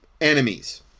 enemies